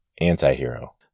anti-hero